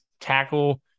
tackle